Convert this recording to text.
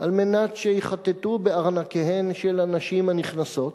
כדי שיחטטו בארנקיהן של הנשים הנכנסות